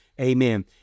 amen